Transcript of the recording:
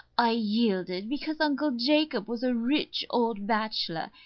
i yielded, because uncle jacob was a rich old bachelor.